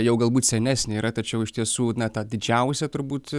jau galbūt senesnė yra tačiau iš tiesų tą didžiausią turbūt